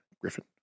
Griffin